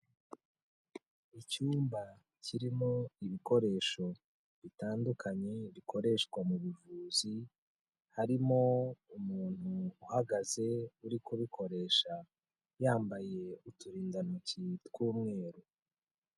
Icyumba kirimo ibikoresho bitandukanye bikoreshwa mu buvuzi, harimo umuntu uhagaze uri kubikoresha, yambaye uturindantoki tw'umweru.